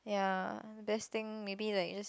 ya best thing maybe like just